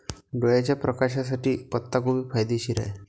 डोळ्याच्या प्रकाशासाठी पत्ताकोबी फायदेशीर आहे